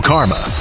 Karma